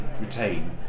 retain